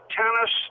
tennis